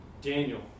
Daniel